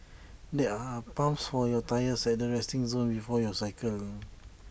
there are pumps for your tyres at the resting zone before you cycle